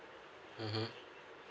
mmhmm